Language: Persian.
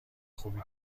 خوبی